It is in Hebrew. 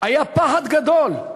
היה פחד גדול.